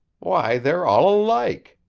why, they're all alike!